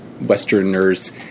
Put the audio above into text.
Westerners